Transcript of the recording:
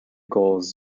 gulls